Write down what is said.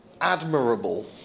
admirable